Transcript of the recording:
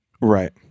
Right